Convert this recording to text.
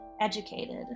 educated